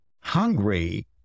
hungry